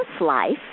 life